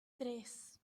tres